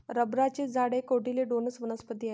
रबराचे झाड एक कोटिलेडोनस वनस्पती आहे